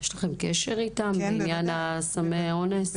יש לכם קשר איתם בעניין סמי אונס?